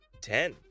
Ten